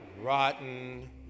Rotten